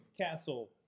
castle